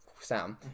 sound